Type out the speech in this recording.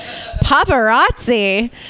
paparazzi